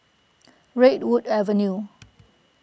Redwood Avenue